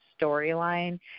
storyline